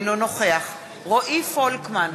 אינו נוכח רועי פולקמן,